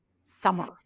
summer